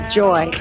joy